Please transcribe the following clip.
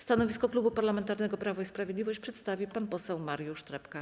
Stanowisko Klubu Parlamentarnego Prawo i Sprawiedliwość przedstawi pan poseł Mariusz Trepka.